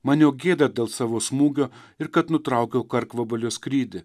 man jau gėda dėl savo smūgio ir kad nutraukiau karkvabalio skrydį